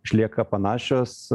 išlieka panašios